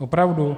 Opravdu?